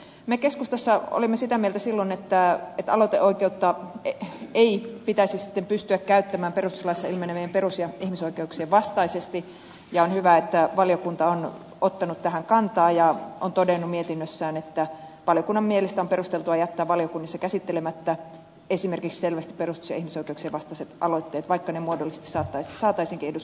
me keskustassa olimme sitä mieltä silloin että aloiteoikeutta ei pitäisi sitten pystyä käyttämään perustuslaissa ilmenevien perus ja ihmisoikeuksien vastaisesti ja on hyvä että valiokunta on ottanut tähän kantaa ja on todennut mietinnössään että valiokunnan mielestä on perusteltua jättää valiokunnissa käsittelemättä esimerkiksi selvästi perustus ja ihmisoikeuksien vastaiset aloitteet vaikka ne muodollisesti saataisiinkin eduskunnassa vireille